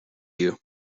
you